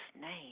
name